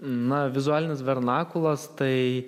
na vizualinis vernakulas tai